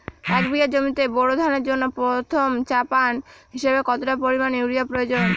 এক বিঘা জমিতে বোরো ধানের জন্য প্রথম চাপান হিসাবে কতটা পরিমাণ ইউরিয়া প্রয়োজন?